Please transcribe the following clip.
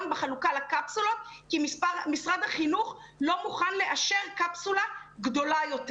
בחלוקה לקפסולות כי משרד החינוך לא מוכן לאשר קפסולה גדלה יותר.